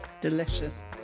delicious